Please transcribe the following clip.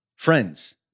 Friends